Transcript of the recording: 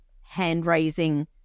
hand-raising